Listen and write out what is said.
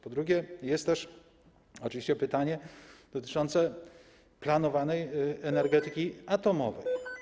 Po drugie, jest też oczywiście pytanie dotyczące planowanej energetyki atomowej.